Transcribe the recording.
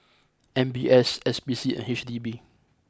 M B S S P C and H D B